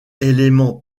éléments